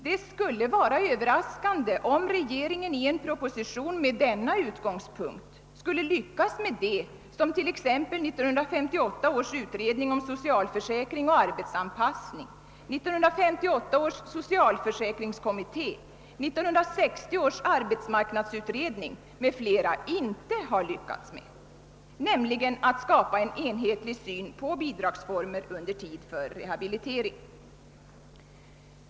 Det skulle vara överraskande om regeringen i en proposition med denna utgångspunkt skulle lyckas med det som 1958 års utredning om socialförsäkring och arbetsanpassning, 1958 års socialförsäkringskommitté, 1960 års ar betsmarknadsutredning m.fl. inte har lyckats med, nämligen att skapa en enhetlig syn på bidragsformer under tid för rehabilitering.